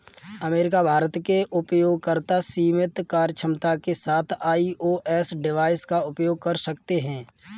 America, Bharat के उपयोगकर्ता सीमित कार्यक्षमता के साथ आई.ओ.एस डिवाइस का उपयोग कर सकते हैं